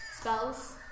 spells